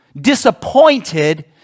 disappointed